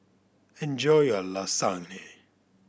enjoy your Lasagne